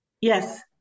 Yes